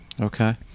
Okay